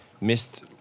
missed